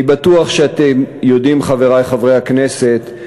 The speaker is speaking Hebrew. אני בטוח שאתם יודעים, חברי חברי הכנסת,